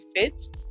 fits